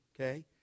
okay